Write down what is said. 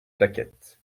plaquette